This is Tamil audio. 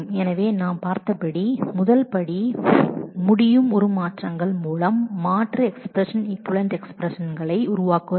எனவே நாம் பார்த்தபடி முதல் படி மாற்று எக்ஸ்பிரஸன் ஈக்விவலெண்ட் எக்ஸ்பிரஸனை டிரன்ஸ்பாமேஷன் வழியாக உருவாக்குதல்